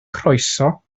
croeso